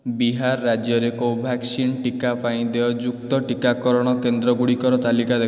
ବିହାର ରାଜ୍ୟରେ କୋଭ୍ୟାକ୍ସିନ୍ ଟୀକା ପାଇଁ ଦେୟଯୁକ୍ତ ଟୀକାକରଣ କେନ୍ଦ୍ରଗୁଡ଼ିକର ତାଲିକା ଦେଖାଅ